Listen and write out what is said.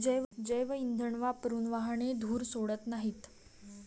जैवइंधन वापरून वाहने धूर सोडत नाहीत